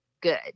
good